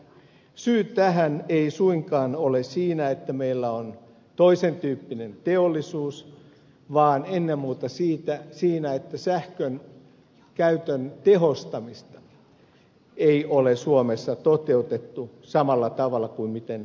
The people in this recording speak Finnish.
syy tähän ei suinkaan ole siinä että meillä on toisen tyyppinen teollisuus vaan ennen muuta siinä että sähkön käytön tehostamista ei ole suomessa toteutettu samalla tavalla kuin ruotsissa on tehty